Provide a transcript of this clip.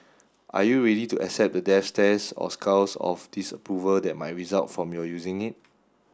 are you ready to accept the death stares or scowls of disapproval that might result from your using it